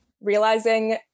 realizing